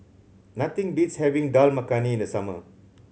nothing beats having Dal Makhani in the summer